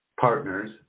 partners